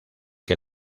que